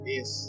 Yes